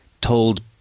told